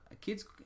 Kids